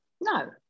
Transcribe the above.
No